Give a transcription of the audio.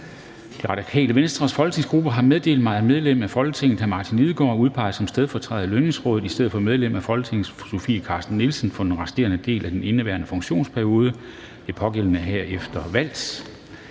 Radikale Venstres folketingsgruppe har meddelt mig, at medlem af Folketinget Martin Lidegaard er udpeget som stedfortræder i Lønningsrådet i stedet for medlem af Folketinget Sofie Carsten Nielsen for den resterende del af indeværende funktionsperiode. Den pågældende er herefter valgt.